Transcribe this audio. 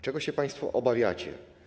Czego się państwo obawiacie?